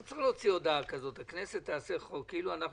לא צריך הודעה כזאת: הכנסת תעשה חוק כאילו אנחנו